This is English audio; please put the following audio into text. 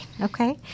okay